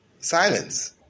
silence